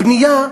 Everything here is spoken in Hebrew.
הבנייה,